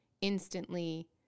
instantly